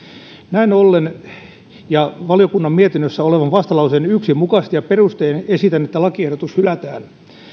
näin ollen ja valiokunnan mietinnössä olevan vastalauseen yksi mukaisesti ja perustein esitän että lakiehdotus hylätään